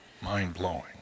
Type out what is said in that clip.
Mind-blowing